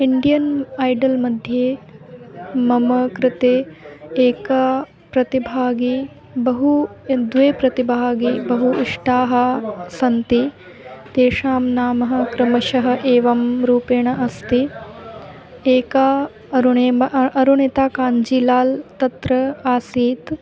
Indian Idol मध्ये मम कृते एका प्रतिभागिनी बहु ये द्वे प्रतिभागिन्यौ बहु इष्टे स्तः तयोः नाम क्रमशः एवं रूपेण अस्ति एका अरुणेम्ब अ अरुणिता काञ्जिलाल् तत्र आसीत्